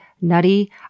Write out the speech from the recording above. nutty